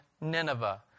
Nineveh